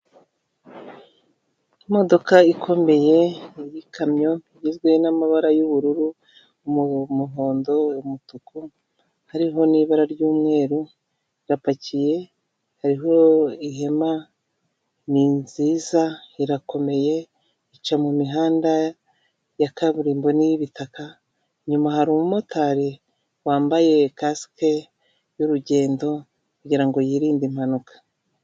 Imodoka ikomeye y'ikamyo igizwe n'amabara y'ubururu, umuhondo, umutuku hariho n'ibara ry'umweru, irapakiye hariho ihema, ni nziza, irakomeye, ica mu mihanda ya kaburimbo n'iy'ibitaka, inyuma hari umumotari wambaye kasike y'urugendo kugirango yirinde impanuka.